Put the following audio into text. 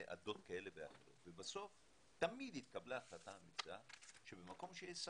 עדות כאלה ואחרות ובסוף תמיד התקבלה החלטה אמיצה שבמקום שיש ספק,